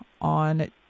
on